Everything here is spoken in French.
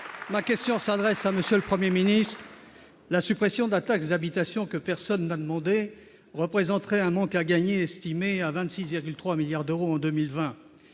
Ma question s'adresse à M. le Premier ministre. La suppression de la taxe d'habitation, que personne n'a demandée, représenterait un manque à gagner de 26,3 milliards d'euros en 2020.